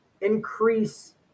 increase